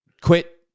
Quit